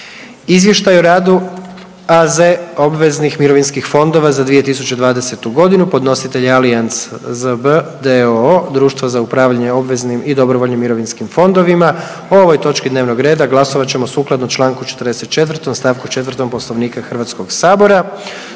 Izvještaj o radu AZ obveznih mirovinskih fondova za 2020. godinu. Podnositelj je Allians ZB d.o.o. društvo za upravljanje obveznim i dobrovoljnim mirovinskim fondovima. O ovoj točki dnevnog reda glasovat ćemo sukladno Članku 44. stavku 4. Poslovnika Hrvatskog sabora.